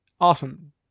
Awesome